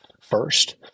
first